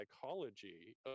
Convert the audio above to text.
psychology